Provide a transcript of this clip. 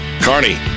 carney